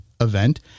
event